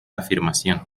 afirmación